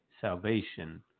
salvation